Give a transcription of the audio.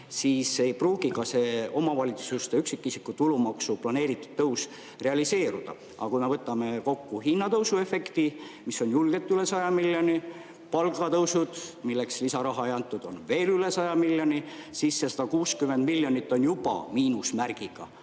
siis ei pruugi ka see omavalitsuste üksikisiku tulumaksu planeeritud tõus realiseeruda. Aga kui me võtame kokku hinnatõusu efekti, mis on julgelt üle 100 miljoni, palgatõusud, milleks lisaraha ei antud, on veel üle 100 miljoni, siis see 160 miljonit on juba miinusmärgiga